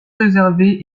réservés